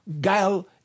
guile